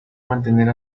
mantener